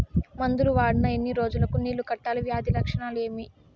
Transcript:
మందులు వాడిన ఎన్ని రోజులు కు నీళ్ళు కట్టాలి, వ్యాధి లక్షణాలు ఏమి?